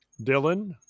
Dylan